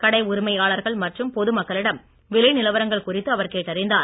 கடை உரிமையாளர்கள் மற்றும் பொது மக்களிடம் விலை நிலவரங்கள் குறித்து அவர் கேட்டறிந்தார்